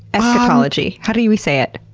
eska tology? how do do we say it?